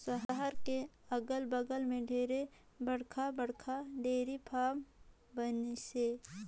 सहर के अगल बगल में ढेरे बड़खा बड़खा डेयरी फारम बनिसे